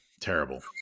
Terrible